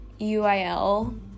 UIL